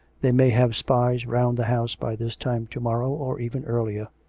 they may have spies round the house by this time to-morrow, or even earlier.